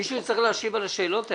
מישהו יצטרך להשיב על השאלות האלה.